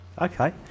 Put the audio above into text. Okay